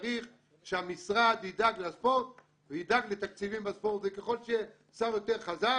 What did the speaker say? שצריך שהמשרד ידאג לספורט וידאג לתקציבים בספורט וככל שיהיה שר יותר חזק